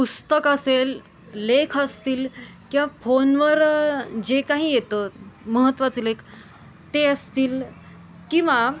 पुस्तक असेल लेख असतील किंवा फोनवर जे काही येतं महत्वाचे लेख ते असतील किंवा